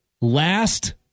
last